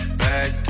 back